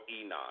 Enoch